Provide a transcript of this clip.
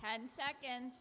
ten seconds